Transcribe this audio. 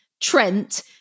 Trent